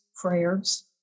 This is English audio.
prayers